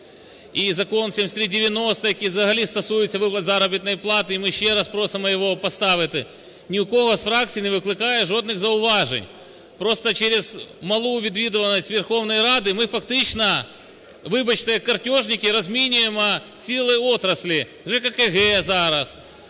і закон 7390, який взагалі стосується виплат заробітної плати, і ми ще раз просимо його поставити, ні у кого з фракцій не викликає жодних зауважень. Просто через малу відвідуваність Верховної Ради ми фактично, вибачте, як картежники, розмінюємо цілі отраслі, ЖКГ зараз,